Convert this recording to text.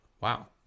Wow